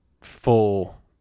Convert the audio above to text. full